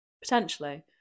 potentially